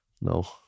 no